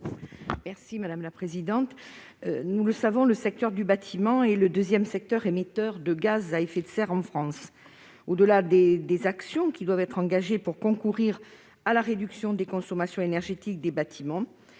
Merci madame la présidente, nous le savons, le secteur du bâtiment et le 2ème secteur émetteur de gaz à effet de serre en France au-delà des des actions qui doivent être engagées pour concourir à la réduction des consommations énergétiques des bâtiments,